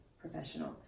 professional